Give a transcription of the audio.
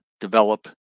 develop